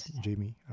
Jamie